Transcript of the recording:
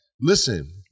listen